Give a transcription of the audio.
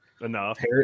enough